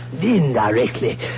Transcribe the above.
Indirectly